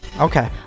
Okay